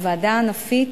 הוועדה הענפית